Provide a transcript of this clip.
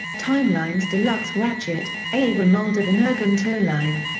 timelines deluxe ratchet a remold of energon towline.